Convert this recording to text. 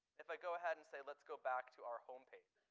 if i go ahead and say let's go back to our home page,